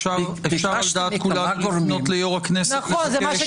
אפשר על דעת כולנו לפנות ליו"ר הכנסת, לבקש